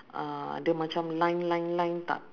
uh the macam line line line tak